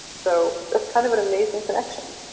so that's kind of an amazing connection.